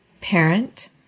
parent